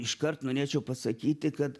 iškart norėčiau pasakyti kad